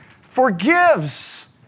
forgives